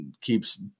keeps